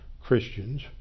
Christians